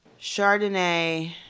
Chardonnay